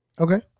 Okay